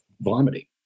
vomiting